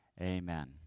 Amen